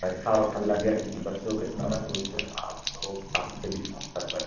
कारिखा उरीखा लग गया किसी बच्चों के द्वारा तो उसे आप उ पानी से भी साफ़ कर सकते हैं